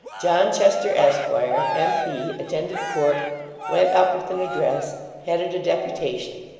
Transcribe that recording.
john chester, esquire, m p, attended court went up with an address headed a deputation.